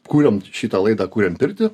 kūrėm šitą laidą kuriam pirtį